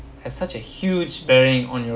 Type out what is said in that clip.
has such a huge bearing on your